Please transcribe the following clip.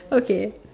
okay